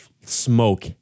smoke